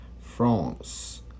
France